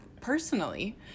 personally